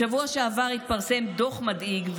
בשבוע שעבר התפרסם דוח מדאיג,